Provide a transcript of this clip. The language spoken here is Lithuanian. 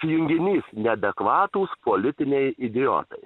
junginys neadekvatūs politiniai idiotai